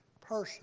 person